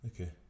okay